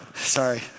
sorry